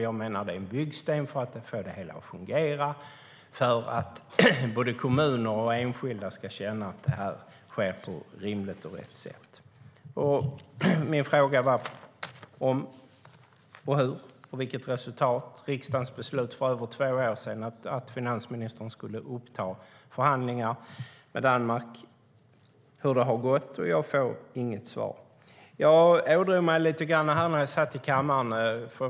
Jag menar att det är en byggsten för att få det hela att fungera så att både kommuner och enskilda ska känna att det sker på rimligt och rätt sätt. Min fråga var om hur det har gått med riksdagens beslut för över två år sedan att finansministern skulle uppta förhandlingar med Danmark och vilket resultatet blivit. Jag får inget svar.